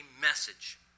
message